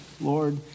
Lord